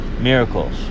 miracles